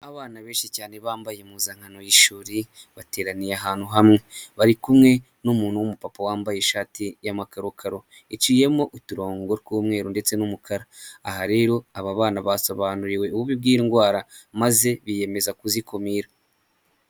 Abana benshi cyane bambaye impuzankano y'ishuri bateraniye ahantu hamwe bari kumwe n'umuntu w'umupapa wambaye ishati y'amakarokaro iciyemo uturongo tw'umweru ndetse n'umukara aha rero aba bana basobanuriwe ububi bw'indwara maze biyemeza kuzikumira.